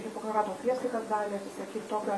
hipokrato priesaikas davę tik tokio